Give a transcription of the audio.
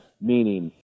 meaning